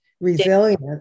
resilient